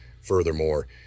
Furthermore